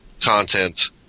content